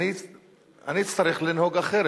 אני אצטרך לנהוג אחרת.